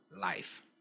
life